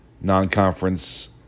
non-conference